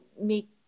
make